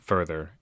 Further